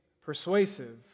persuasive